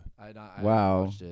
Wow